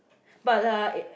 but like